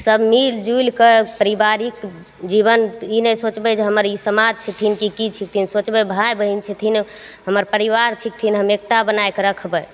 सभ मिलिजुलिके पारिवारिक जीवन ई नै सोचबै जे हमर ई समाज छथिन कि कि छथिन सोचबै भाइ बहिन छथिन अब हमर परिवार छथिन हम एकता बनैके रखबै